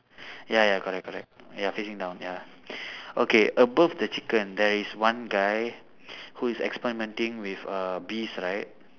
ya ya correct correct ya facing down ya okay above the chicken there is one guy who is experimenting with uh bees right